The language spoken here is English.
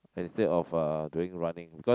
instead of uh doing running because